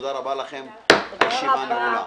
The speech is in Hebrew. תודה רבה, הישיבה נעולה.